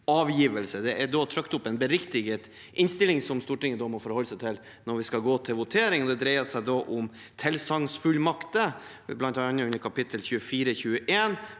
Det er derfor trykt opp en beriktiget innstilling, som Stortinget må forholde seg til når vi skal gå til votering. Det dreier seg om tilsagnsfullmakter, bl.a. under kap. 2421